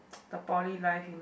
the poly life